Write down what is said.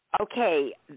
Okay